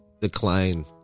decline